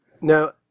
Now